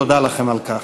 תודה לכם על כך.